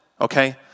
okay